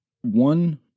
one